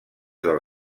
del